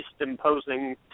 imposing